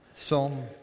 Psalm